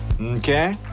Okay